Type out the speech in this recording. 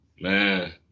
man